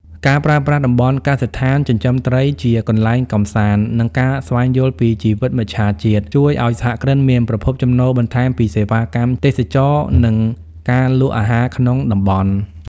ការប្រើប្រាស់តំបន់កសិដ្ឋានចិញ្ចឹមត្រីជាកន្លែងកម្សាន្ត និងការស្វែងយល់ពីជីវិតមច្ឆជាតិ ជួយឱ្យសហគ្រិនមានប្រភពចំណូលបន្ថែមពីសេវាកម្មទេសចរណ៍ និងការលក់អាហារក្នុងតំបន់។